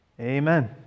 Amen